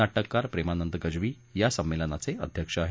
नाटककार प्रेमानंद गज्वी या संमेलनाचे अध्यक्ष आहेत